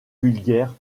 vulgaire